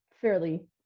fairly